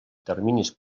terminis